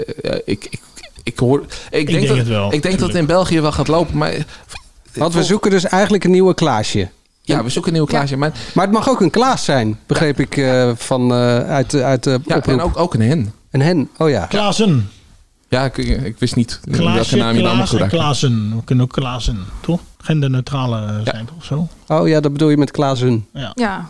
Eh, eh, ik- ik- ik hoor- ik Ik denk denk dat- het wel, ik denk dat natuurlijk. het in België wel gaat lopen, maar- Want we Oh. zoeken dus eigenlijk een nieuwe Klaasje. En- Ja, we zoeken een nieuwe Ja. Klaasje, maar- Maar het mag ook een Klaas zijn, Ja. begreep ik, eh, van, eh, uit de- uit de Ja, en oproep. ook- ook een hen. Een hen, oh ja. Klaassen. Ja, ik- ik wist niet in welke Klaasje, naam je het allemaal Klaas en toe raakte. Klaassen. We kunnen ook Klaassen, toch? Genderneutrale, eh, Ja. zijn toch zo? Oh ja, dat bedoel je met Klaassen. Ja. Ja.